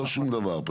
לא שום דבר.